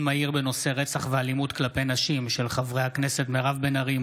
מהיר בהצעתם של חברי הכנסת מירב בן ארי,